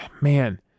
man